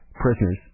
prisoners